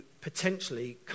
potentially